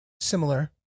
similar